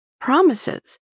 promises